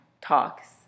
talks